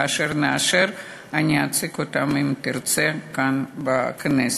כאשר נאשר אני אציג אותם, אם תרצה, כאן בכנסת.